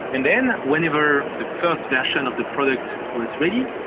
and then whenever the first version of the product was ready,